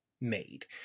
made